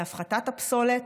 להפחתת הפסולת.